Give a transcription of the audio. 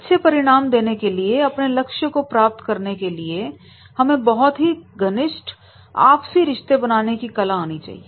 अच्छे परिणाम देने के लिए अपने लक्ष्य को प्राप्त करने के लिए हमें बहुत ही घनिष्ट आपसे रिश्ते बनाने की कला आनी चाहिए